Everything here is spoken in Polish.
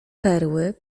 perły